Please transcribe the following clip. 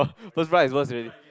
first prize is worse already